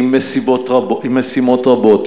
עם משימות רבות.